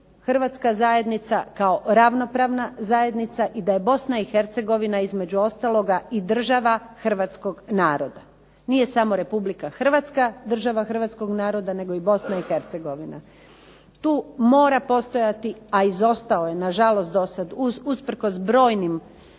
hrvatska zajednica kao ravnopravna zajednica i da je BiH između ostaloga i država hrvatskog naroda. Nije samo RH država hrvatskog naroda nego i BiH. Tu mora postojati, a izostao je nažalost dosad usprkos brojnim